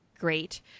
great